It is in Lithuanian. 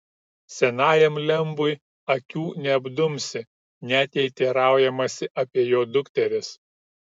senajam lembui akių neapdumsi net jei teiraujamasi apie jo dukteris